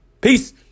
Peace